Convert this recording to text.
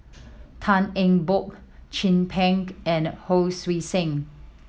Tan Eng Bock Chin Peng and Hon Sui Sen